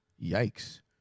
Yikes